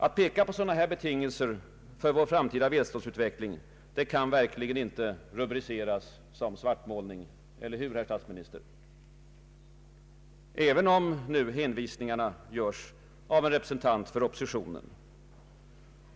Att peka på dylika betingelser för vår framtida välståndsökning kan verkligen inte rubriceras som svartmålning — eller hur herr statsminister? — även om hänvisningarna görs av en representant för oppositionen.